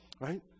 Right